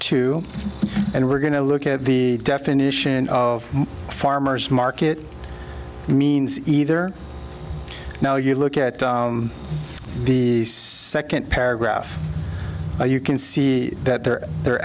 two and we're going to look at the definition of farmer's market means either now you look at the second paragraph or you can see that there